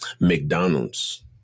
McDonald's